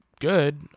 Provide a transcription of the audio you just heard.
good